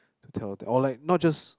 to tell the or like not just